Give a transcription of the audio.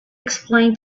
explain